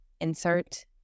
Insert